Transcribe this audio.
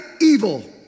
evil